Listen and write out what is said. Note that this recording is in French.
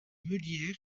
meulière